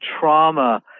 trauma